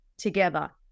together